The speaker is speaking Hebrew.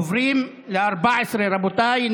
עוברים ל-14, רבותיי.